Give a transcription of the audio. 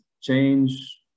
change